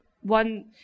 one